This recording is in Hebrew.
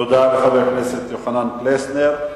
תודה לחבר הכנסת יוחנן פלסנר.